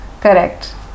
Correct